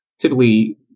typically